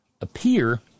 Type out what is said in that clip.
appear